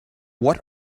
what